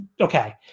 okay